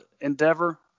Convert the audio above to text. endeavor